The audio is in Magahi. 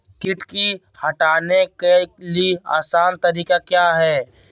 किट की हटाने के ली आसान तरीका क्या है?